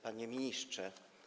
Panie Ministrze!